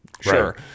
Sure